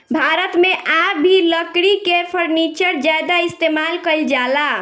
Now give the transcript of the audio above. भारत मे आ भी लकड़ी के फर्नीचर ज्यादा इस्तेमाल कईल जाला